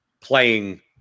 playing